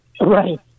Right